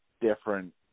different –